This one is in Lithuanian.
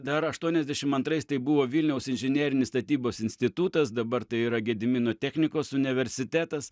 dar aštuoniasdešim antrais tai buvo vilniaus inžinerinis statybos institutas dabar tai yra gedimino technikos universitetas